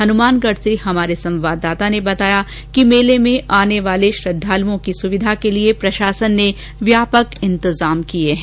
हनुमानगढ से हमारे संवाददाता ने बताया कि मेले में आने वाले श्रद्धालुओं की सुविधा के लिये प्रशासन ने व्यापक इंतजाम किये हैं